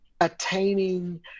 attaining